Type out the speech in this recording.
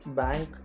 bank